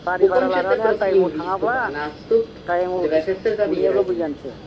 गारि भारा लानानै आरो थाइमाव थाङाब्ला थाइमाव मोनहैयाबा बोरै जानोसे